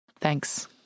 Thanks